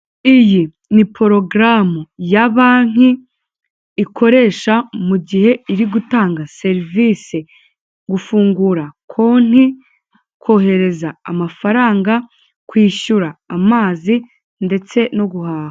Iyi ni porogaramu ya banki ikoresha mu gihe iri gutanga serivise gufungura konti, kohereza amafaranga, kwishyura amazi ndetse no guhaha.